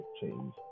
change